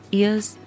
ears